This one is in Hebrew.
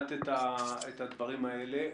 שמעת את הדברים האלה.